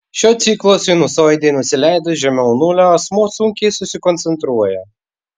šio ciklo sinusoidei nusileidus žemiau nulio asmuo sunkiai susikoncentruoja